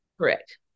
Correct